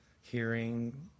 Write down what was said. hearing